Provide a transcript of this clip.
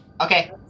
Okay